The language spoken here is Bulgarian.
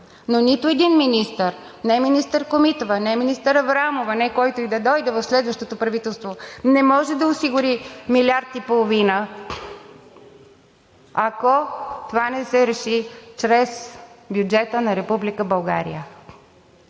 но нито един министър – не министър Комитова, не министър Аврамова, не който и да дойде в следващото правителство, не може да осигури милиард и половина, ако това не се реши чрез бюджета на Република България.